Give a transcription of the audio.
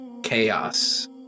chaos